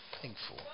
Thankful